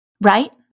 right